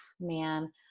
man